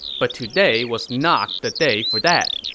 but today was not the day for that.